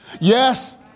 Yes